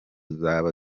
zaba